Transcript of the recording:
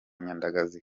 nyandagazi